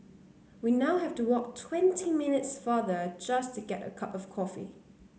we now have to walk twenty minutes farther just to get a cup of coffee